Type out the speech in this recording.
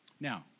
Now